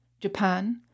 Japan